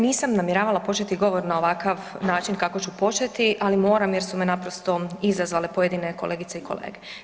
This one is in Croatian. Nisam namjeravala početi govor na ovakav način kako ću početi, ali moram jer su me naprosto izazvale pojedine kolegice i kolege.